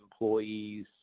employees